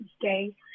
day